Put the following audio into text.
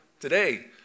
today